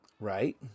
Right